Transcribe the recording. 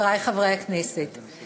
חברי חברי הכנסת,